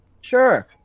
Sure